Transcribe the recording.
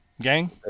gang